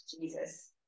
Jesus